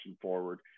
forward